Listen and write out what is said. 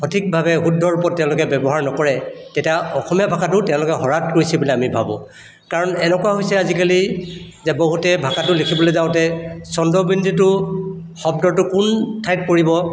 সঠিকভাৱে শুদ্ধ ৰূপত তেওঁলোকে ব্যৱহাৰ নকৰে তেতিয়া অসমীয়া ভাষাটোত তেওঁলোকে শৰাধ কৰিছে বুলি আমি ভাবোঁ কাৰণ এনেকুৱা হৈছে আজিকালি যে বহুতে ভাষাটো লিখিবলৈ যাওঁতে চন্দ্ৰবিন্দুটো শব্দটোৰ কোন ঠাইত পৰিব